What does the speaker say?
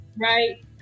right